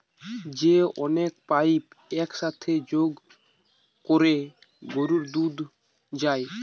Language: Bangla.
যে অনেক পাইপ এক সাথে যোগ কোরে গরুর দুধ যায়